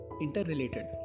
interrelated